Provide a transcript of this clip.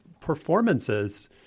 performances